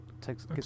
takes